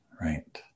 right